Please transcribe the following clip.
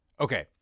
Okay